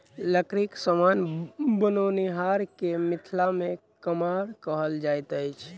लकड़ीक समान बनओनिहार के मिथिला मे कमार कहल जाइत अछि